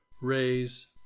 raise